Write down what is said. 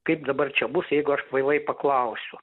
kaip dabar čia bus jeigu aš kvailai paklausiu